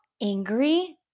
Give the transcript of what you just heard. angry